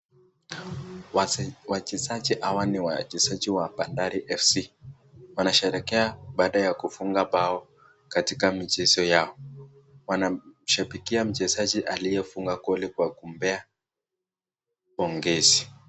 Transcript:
Wachezaji hawa ni wachezaji wa bandari fc,wanasherehekea badaa ya kufunga bao katika michezo yao, wanambshabikia mchezaji aliyefunga goli kwa kumpea pongezi.